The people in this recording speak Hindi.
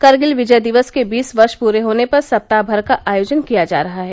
करगिल विजय दिवस के बीस वर्ष पूरे होने पर सप्ताह भर का आयोजन किया जा रहा है